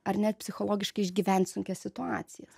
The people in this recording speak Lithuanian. ar net psichologiškai išgyvent sunkias situacijas